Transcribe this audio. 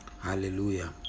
hallelujah